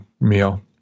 meal